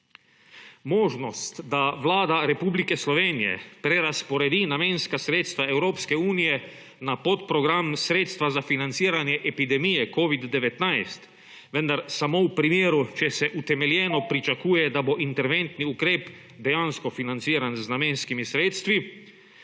Možnost, da Vlada Republike Slovenije prerazporedi namenska sredstva Evropske unije na podprogram Sredstva za financiranje epidemije COVID-19, vendar samo če se utemeljeno pričakuje, da bo interventni ukrep dejansko financiran z namenskimi sredstvi,